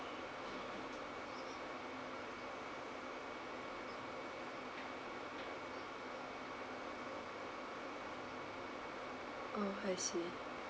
oh I see